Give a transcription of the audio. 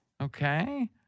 Okay